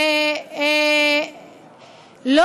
אבל למה דווקא עכשיו להיזכר?